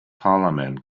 parliament